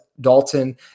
Dalton